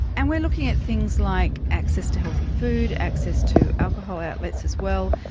and we are looking at things like access to healthy food, access to alcohol outlets as well,